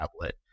tablet